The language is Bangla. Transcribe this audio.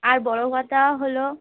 আর বড় কথা হলো